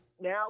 Now